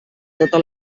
tota